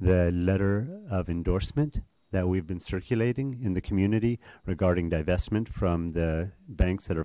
letter of endorsement that we've been circulating in the community regarding divestment from the banks that are